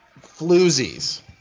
floozies